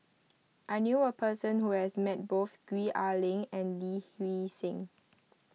I knew a person who has met both Gwee Ah Leng and Lee Hee Seng